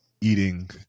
eating